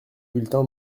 bulletin